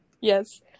yes